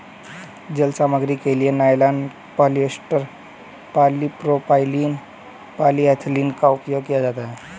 जाल सामग्री के लिए नायलॉन, पॉलिएस्टर, पॉलीप्रोपाइलीन, पॉलीएथिलीन का उपयोग किया जाता है